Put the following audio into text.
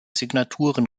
signaturen